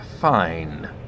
fine